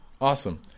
Awesome